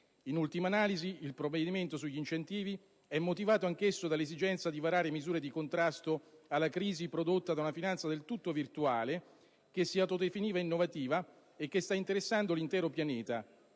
In ultima analisi il provvedimento sugli incentivi è motivato anch'esso dall'esigenza di varare misure di contrasto alla crisi prodotta da una finanza del tutto virtuale che si autodefiniva innovativa, crisi che sta interessando l'intero pianeta.